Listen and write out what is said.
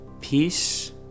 Peace